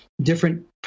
different